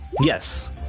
Yes